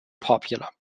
popular